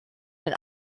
den